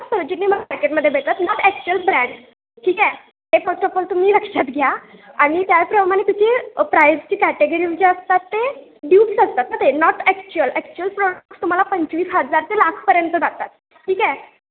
सरोजिनी म मार्केटमध्ये भेटतात नॉट ॲक्चुअल ब्रँड ठीक आहे ते फर्स्ट ऑफ ऑल तुम्ही लक्षात घ्या आणि त्याप्रमाणे त्याची प्राईसची कॅटेगरी जे असतात ते ड्यूप्स असतात ना ते नॉट ॲक्चुअल ॲक्चुअल प्रॉडक्टस तुम्हाला पंचवीस हजार ते लाखपर्यंत जातात ठीक आहे